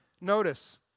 Notice